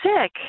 sick